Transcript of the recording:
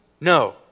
No